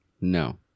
No